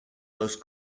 most